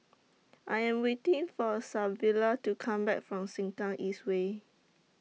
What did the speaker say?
I Am waiting For Savilla to Come Back from Sengkang East Way